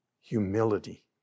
humility